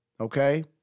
okay